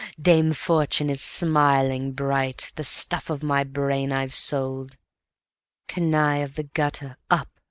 dame fortune is smiling bright the stuff of my brain i've sold canaille of the gutter, up!